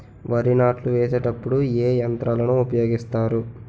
వరి నాట్లు వేసేటప్పుడు ఏ యంత్రాలను ఉపయోగిస్తారు?